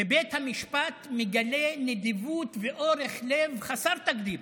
ובית המשפט מגלה נדיבות ורוחב לב חסרי תקדים